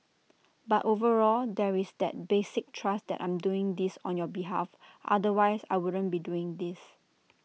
but overall there is that basic trust that I'm doing this on your behalf otherwise I wouldn't be doing this